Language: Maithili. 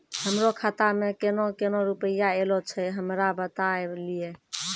हमरो खाता मे केना केना रुपैया ऐलो छै? हमरा बताय लियै?